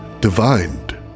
divined